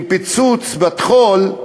פיצוץ בטחול,